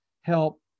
help